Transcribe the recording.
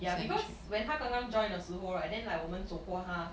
ya because when 她刚刚 join 的时候 right then like 我们走过她